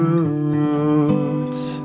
Roots